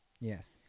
Yes